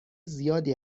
زیادی